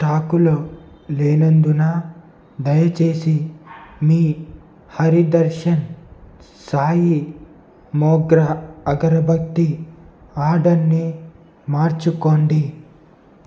స్టాకులో లేనందున దయచేసి మీ హరి దర్శన్ సాయి మోగ్రా అగరబత్తి ఆర్డర్ని మార్చుకోండి